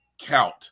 count